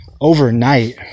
overnight